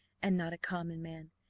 and not a common man,